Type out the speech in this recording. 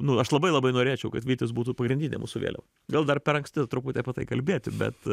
nu aš labai labai norėčiau kad vytis būtų pagrindinė mūsų vėliava gal dar per anksti truputį apie tai kalbėti bet